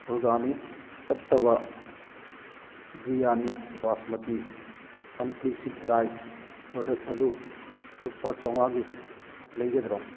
organic ꯇꯠꯇꯕ biryani basmati unpolished rice product ꯑꯗꯨ ꯂꯨꯄꯥ ꯆꯃꯉꯥꯒꯤ ꯂꯩꯒꯗ꯭ꯔꯥ